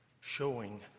showing